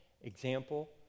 example